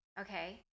okay